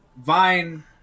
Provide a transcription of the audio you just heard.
Vine